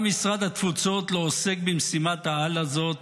גם משרד התפוצות לא עוסק במשימת-העל הזאת,